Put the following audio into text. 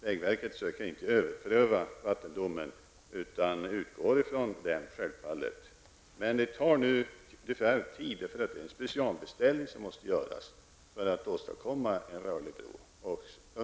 Vägverket försöker inte överpröva vattendomen, utan utgår självfallet från den. Men det tar nu tyvärr tid, eftersom det måste göras en specialbeställning för att åstadkomma en rörlig bro.